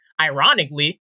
ironically